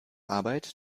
arbeit